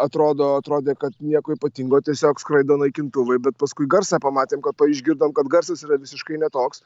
atrodo atrodė kad nieko ypatingo tiesiog skraido naikintuvai bet paskui garsą pamatėm kad išgirdom kad garsas yra visiškai ne toks